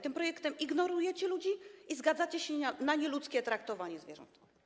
Tym projektem ignorujecie ludzi i zgadzacie się na nieludzkie traktowanie zwierząt.